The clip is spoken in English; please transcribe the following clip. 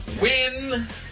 Win